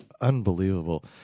unbelievable